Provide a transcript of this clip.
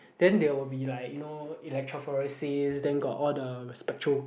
then there will be like you know electrophoresis then got all the spectro